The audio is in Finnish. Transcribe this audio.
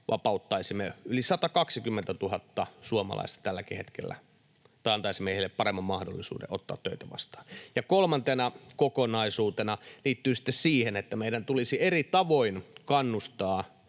vapauttaisimme yli 120 000 suomalaista tälläkin hetkellä... — tai antaisimme heille paremman mahdollisuuden ottaa töitä vastaan. Kolmas kokonaisuus liittyy sitten siihen, että meidän tulisi eri tavoin kannustaa